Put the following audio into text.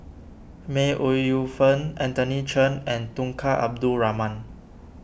May Ooi Yu Fen Anthony Chen and Tunku Abdul Rahman